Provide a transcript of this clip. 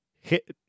hit